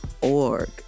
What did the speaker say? org